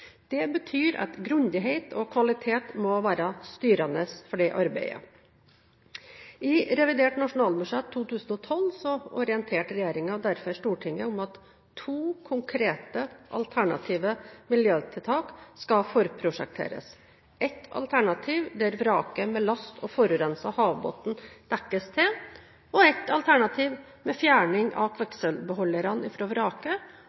Det betyr at grundighet og kvalitet må være styrende for det arbeidet. I revidert nasjonalbudsjett for 2012 orienterte regjeringen derfor Stortinget om at to konkrete alternative miljøtiltak skal forprosjekteres – ett alternativ der vraket med last og forurenset havbunn dekkes til, og ett alternativ med fjerning av